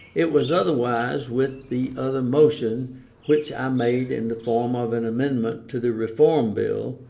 it was otherwise with the other motion which i made in the form of an amendment to the reform bill,